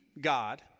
God